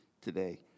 today